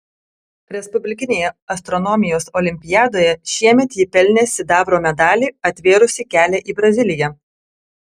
respublikinėje astronomijos olimpiadoje šiemet ji pelnė sidabro medalį atvėrusį kelią į braziliją